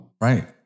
Right